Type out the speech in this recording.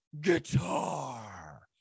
guitar